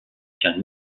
qu’un